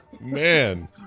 Man